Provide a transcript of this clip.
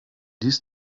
dies